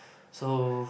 so